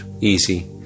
easy